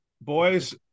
Boys